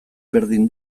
berdin